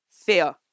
fear